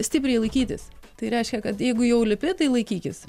stipriai laikytis tai reiškia kad jeigu jau lipi tai laikykis